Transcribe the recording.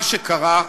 מה שקרה בארמניה,